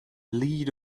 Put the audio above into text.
lead